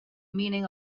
meaning